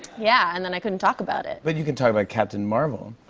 yeah, and then i couldn't talk about it. but you can talk about captain marvel.